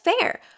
fair